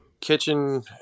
kitchen